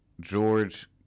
George